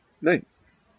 nice